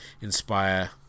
inspire